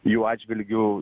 jų atžvilgiu